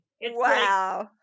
Wow